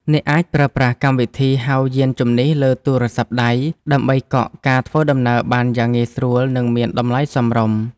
អ្នកអាចប្រើប្រាស់កម្មវិធីហៅយានជំនិះលើទូរស័ព្ទដៃ ដើម្បីកក់ការធ្វើដំណើរបានយ៉ាងងាយស្រួល និងមានតម្លៃសមរម្យ។